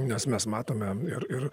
nes mes matome ir ir